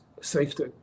safety